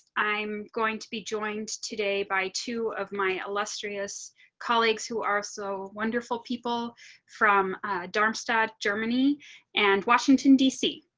i'm going to be joined today by two of my illustrious colleagues who are so wonderful people from darmstadt germany and washington dc.